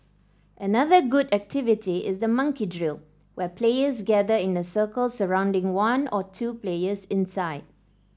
another good activity is the monkey drill where players gather in a circle surrounding one or two players inside